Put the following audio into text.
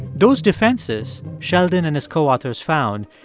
those defenses, sheldon and his co-authors found,